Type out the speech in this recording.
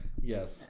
Yes